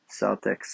Celtics